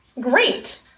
Great